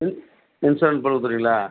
insurance போட்டு கொடுத்துடுவிங்களா